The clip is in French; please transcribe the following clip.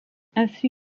ainsi